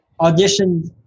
auditioned